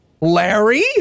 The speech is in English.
Larry